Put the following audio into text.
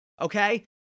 okay